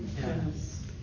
Yes